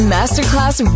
Masterclass